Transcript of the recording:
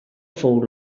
fou